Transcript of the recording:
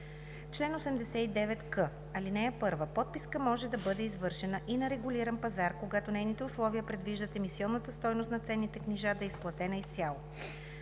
Чл. 89к. (1) Подписка може да бъде извършена и на регулиран пазар, когато нейните условия предвиждат емисионната стойност на ценните книжа да е изплатена изцяло.